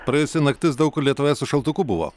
praėjusi naktis daug kur lietuvoje su šaltuku buvo